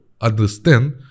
understand